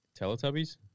Teletubbies